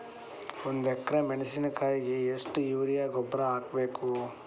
ಒಂದು ಎಕ್ರೆ ಮೆಣಸಿನಕಾಯಿಗೆ ಎಷ್ಟು ಯೂರಿಯಾ ಗೊಬ್ಬರ ಹಾಕ್ಬೇಕು?